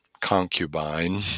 concubine